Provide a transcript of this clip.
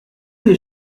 des